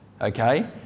okay